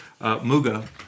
Muga